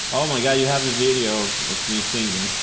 oh my god you have the video of me singing!